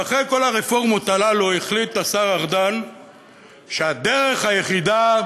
ואחרי כל הרפורמות הללו החליט השר ארדן שהדרך היחידה